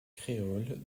créoles